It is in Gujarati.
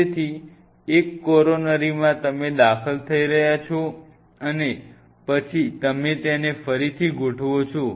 તેથી એક કોરોનરીમાંથી તમે દાખલ થઈ રહ્યા છો અને પછી તમે તેને ફરીથી ગોઠવો છો